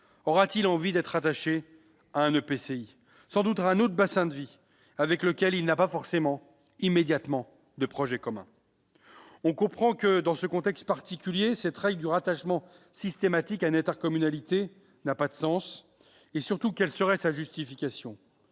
aura-t-il envie d'être rattaché à un EPCI, situé sans doute dans un autre bassin de vie, avec lequel il n'aurait pas de projet commun immédiat ? On le comprend, dans ce contexte particulier, la règle du rattachement systématique à une intercommunalité n'a pas de sens. Surtout, quelle serait sa justification ?